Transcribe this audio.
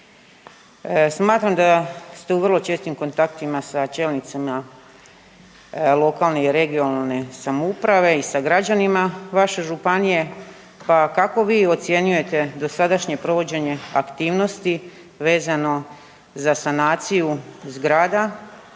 Smatram da ste u vrlo čestim kontaktima sa čelnicima lokalne (regionalne) samouprave i sa građanima vaše županije. Pa kako vi ocjenjujete dosadašnje provođenje aktivnosti vezano z a sanaciju zgrada